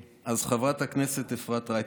חברת הכנסת אפרת רייטן,